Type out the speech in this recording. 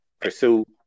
pursue